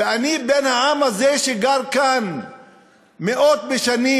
ואני, בן העם הזה שגר כאן מאות בשנים,